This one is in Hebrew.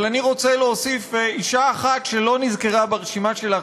אבל אני רוצה להוסיף אישה אחת שלא נזכרה ברשימה שלך,